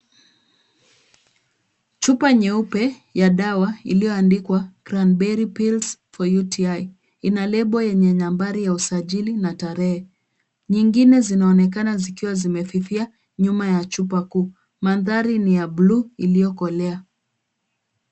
Chupa nyeupe ya dawa iliyoandikwa Cranberry pills for UTI , ina lebo yenye nambari ya usajili na tarehe. Nyingine zinaonekana zikiwa zimefifia nyuma ya chupa kubwa . Mandhari ni ya buluu iliyokolea.